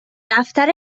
دفتر